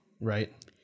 right